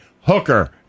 hooker